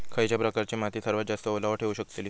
खयच्या प्रकारची माती सर्वात जास्त ओलावा ठेवू शकतली?